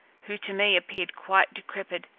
who to me appeared quite decrepid,